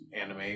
anime